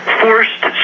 forced